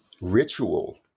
ritual